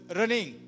running